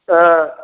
हां